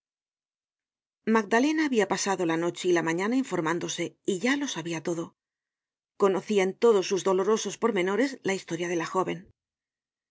magdalena habia pasado la noche y la mañana informándose y ya lo sabia todo conocia en todos sus dolorosos pormenores la historia de la jóven